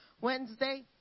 Wednesday